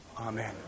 Amen